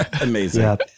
Amazing